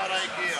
בהתאם, מי יענה לי?